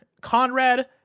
Conrad